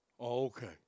Okay